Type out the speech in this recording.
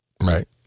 Right